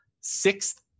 sixth